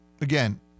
Again